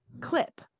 clip